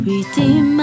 Redeem